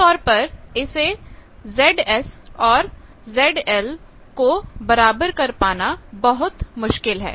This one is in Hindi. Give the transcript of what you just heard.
आमतौर पर इस Zs और ZL को बराबर कर पाना बहुत मुश्किल है